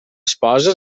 esposa